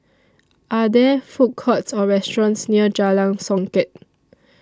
Are There Food Courts Or restaurants near Jalan Songket